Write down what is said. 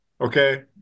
Okay